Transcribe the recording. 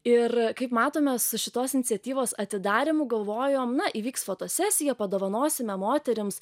ir kaip matome su šitos iniciatyvos atidarymu galvojom na įvyks fotosesija padovanosime moterims